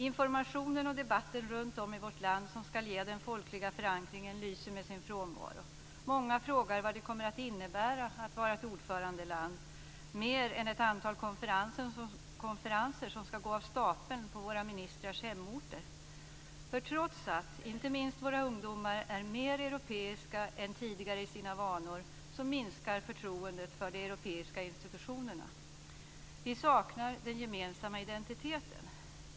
Informationen och debatten runtom i vårt land som ska ge den folkliga förankringen lyster med sin frånvaro. Många frågar vad det kommer att innebära att vara ordförandeland, mer än att ett antal konferenser ska gå av stapeln på våra ministrars hemorter. Trots att inte minst våra unga är mer europeiska än tidigare i sina vanor minskar förtroendet för de europeiska institutionerna. Vi saknar den gemensamma identiteten.